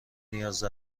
نیاز